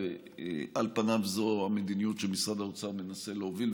ועל פניו זו המדיניות שמשרד האוצר מנסה להוביל,